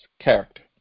character